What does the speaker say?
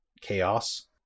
chaos